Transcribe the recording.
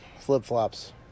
flip-flops